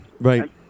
right